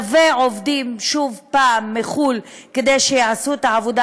לייבא עובדים מחו"ל כדי שיעשו את העבודה,